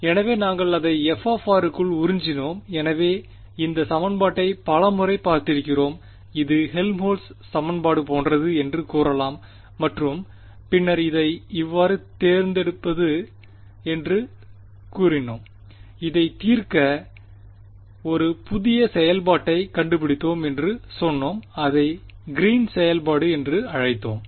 எனவே நாங்கள் அதை f க்குள் உறிஞ்சினோம் எனவே இந்த சமன்பாட்டை பலமுறை பார்த்திருக்கிறோம் இது ஹெல்ம்ஹோல்ட்ஸ் சமன்பாடு போன்றது என்று கூறலாம் மற்றும் பின்னர் இதை இவாறு தேர்ப்பது என்று கூறினோம் இதைத் தீர்க்க ஒரு புதிய செயல்பாட்டைக் கண்டுபிடித்தோம் என்று சொன்னோம் அதை கிரீன்ஸ் செயல்பாடு என்று அழைத்தோம்